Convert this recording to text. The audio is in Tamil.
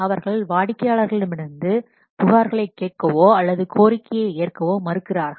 அவர்கள் வாடிக்கையாளர்களிடமிருந்து புகார்களைக் கேட்கவோ அல்லது கோரிக்கையை ஏற்கவோ மறுக்கிறார்கள்